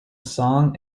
song